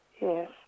Yes